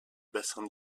bassin